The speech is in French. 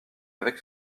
avec